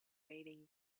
waiting